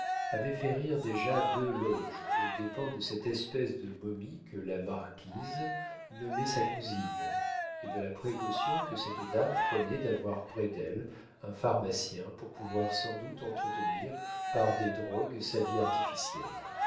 avait fait rire déjà deux loges aux dépens de cette espèce de momie que la marquise nommait sa cousine et de la précaution que cette dame prenait d'avoir près d'elle un pharmacien pour pouvoir sans doute entretenir par des drogues sa vie artificielle